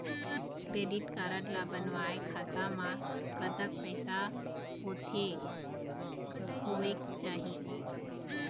Credit card ला बनवाए खाता मा कतक पैसा होथे होएक चाही?